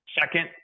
Second